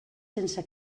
sense